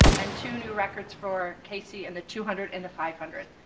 and two new records for casey and the two hundred and the five hundred.